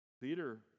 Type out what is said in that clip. Peter